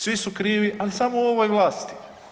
Svi su krivi ali samo u ovoj vlasti.